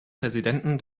präsidenten